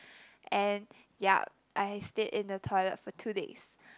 and yup I stayed in the toilet for two days